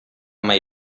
mai